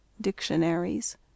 Dictionaries